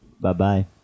Bye-bye